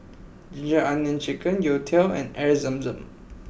Ginger Onions Chicken Youtiao and Air Zam Zam